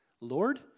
Lord